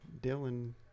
dylan